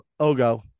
Ogo